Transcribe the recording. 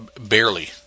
barely